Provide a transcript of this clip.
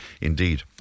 indeed